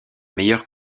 meilleur